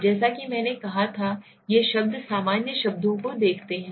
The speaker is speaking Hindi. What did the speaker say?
जैसा कि मैंने कहा था कि ये शब्द सामान्य शब्दों को देखते हैं